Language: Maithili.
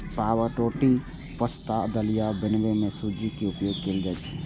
पावरोटी, पाश्ता, दलिया बनबै मे सूजी के उपयोग कैल जाइ छै